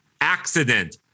accident